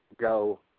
go